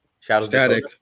Static